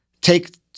take